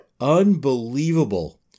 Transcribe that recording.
Unbelievable